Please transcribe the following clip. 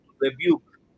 rebuke